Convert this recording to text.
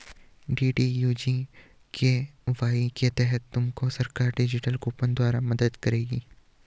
DDU GKY के तहत तुमको सरकार डिजिटल कूपन द्वारा मदद करेगी